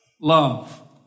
love